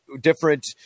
different